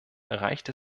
reicht